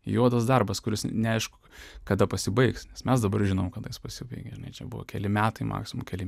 juodas darbas kuris neaišku kada pasibaigs nes mes dabar žinom kad jis pasibaigė ne čia buvo keli metai maksimum keli